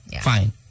Fine